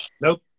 Nope